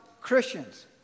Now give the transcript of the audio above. Christians